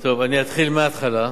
טוב, אני אתחיל מההתחלה.